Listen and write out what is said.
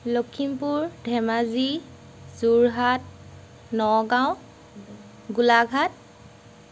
Lakhimpur Dhemaji Jorhat Nagaon Golaghat